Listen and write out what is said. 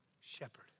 shepherd